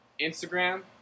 Instagram